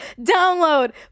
Download